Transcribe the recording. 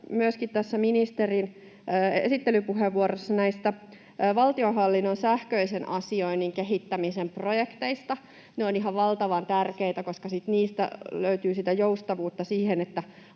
tässä ministerin esittelypuheenvuorossa myöskin näistä valtionhallinnon sähköisen asioinnin kehittämisen projekteista. Ne ovat ihan valtavan tärkeitä, koska niistä löytyy sitä joustavuutta siihen,